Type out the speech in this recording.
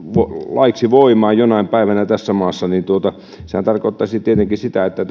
laiksi voimaan jonain päivänä tässä maassa sehän tarkoittaisi tietenkin sitä että